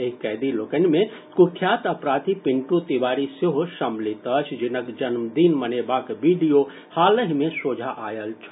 एहि कैदी लोकनि मे कुख्यात अपराधी पिंटू तिवारी सेहो सम्मिलित अछि जिनक जन्मदिन मनेबाक वीडियो हालहि मे सोझा आयल छल